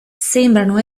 sembrano